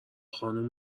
خانوم